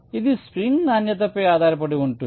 ఇది స్ప్రింగ్ నాణ్యతపై ఆధారపడి ఉంటుంది